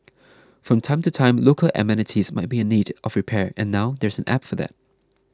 from time to time local amenities might be in need of repair and now there's an app for that